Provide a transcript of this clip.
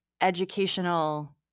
educational